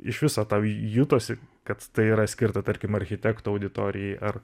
iš viso tau jutosi kad tai yra skirta tarkim architektų auditorijai ar